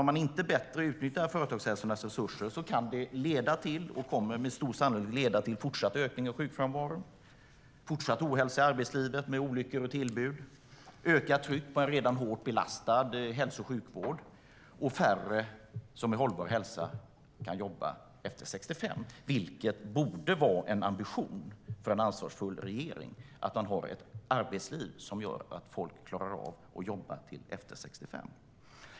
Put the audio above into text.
Om man inte bättre utnyttjar företagshälsovårdens resurser kan det leda till, och kommer med stor sannolikhet att leda till, en fortsatt ökning av sjukfrånvaron, fortsatt ohälsa i arbetslivet med olyckor och tillbud, ett ökat tryck på en redan hårt belastad hälso och sjukvård och färre som med hållbar hälsa kan jobba efter 65. Det borde vara en ambition för en ansvarsfull regering att ha ett arbetsliv som gör att folk klarar att jobba efter 65.